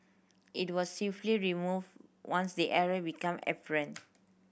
it was swiftly removed once the error became apparent